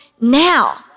now